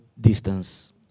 distance